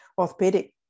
orthopedic